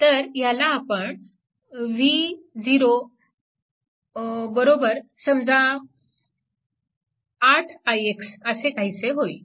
तर ह्याला आपण v0 समजा 8 ix असे काहीसे होईल